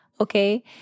Okay